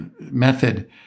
method